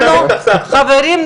חברים,